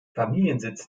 familiensitz